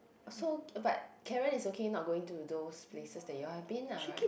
so but Karen is okay not going to those places that you all have been ah [right]